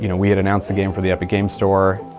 you know we had announced the game for the epic games store.